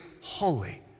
holy